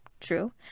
true